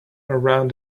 around